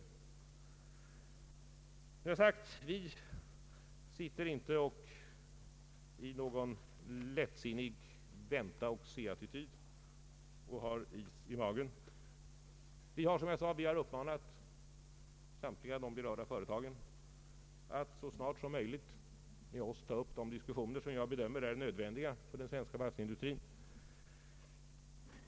Vi intar inte någon lättsinnig väntaoch-se-attityd eller har ”is i magen”. Vi har uppmanat samtliga de berörda företagen att så snart som möjligt med oss ta upp de diskussioner som jag bedömer är nödvändiga för den svenska varvsindustrin.